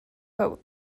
but